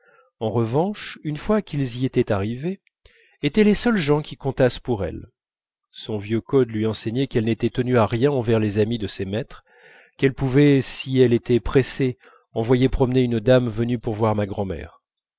en revanche une fois qu'ils y étaient arrivés étaient les seules gens qui comptassent pour elle son vieux code lui enseignait qu'elle n'était tenue à rien envers les amis de ses maîtres qu'elle pouvait si elle était pressée envoyer promener une dame venue pour voir ma grand'mère